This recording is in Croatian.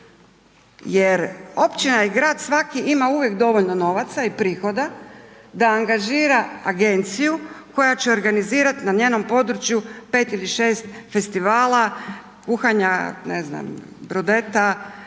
Jer općina i grad svaki ima uvijek dovoljno novaca i prihoda da angažira agenciju koja će organizirati na njenom području 5 ili 6 festivala kuhanja, ne